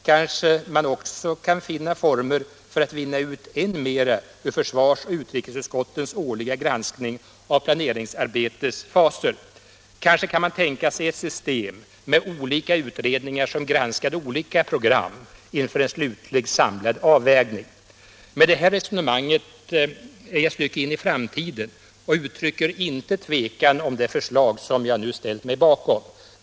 Kanske kan man också finna formen för att vinna ut än mera ur försvars och utrikesutskottens årliga granskning av planeringsarbetets faser? Kanske man kan tänka sig ett system med olika utredningar, som granskade olika program inför en slutlig samlad avvägning? Med det här resonemanget är jag ett stycke in i framtiden och uttrycker inte tvekan om det förslag som jag nu ställt mig bakom.